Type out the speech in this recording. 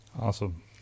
Awesome